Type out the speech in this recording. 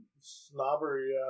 snobbery